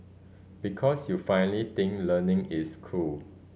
because you finally think learning is cool